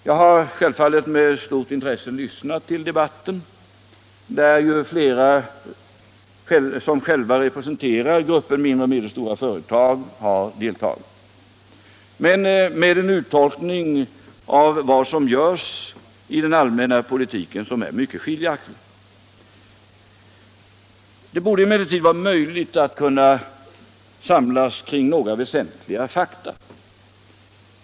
Jag har självfallet med stort intresse lyssnat till debatten, där flera personer som själva representerar gruppen mindre och medelstora företag har deltagit — men med uttolkningar av vad som görs i den allmänna politiken som är mycket skiljaktiga. Det borde emellertid vara möjligt att samlas kring några väsentliga fakta.